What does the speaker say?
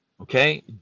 Okay